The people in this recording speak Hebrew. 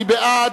מי בעד?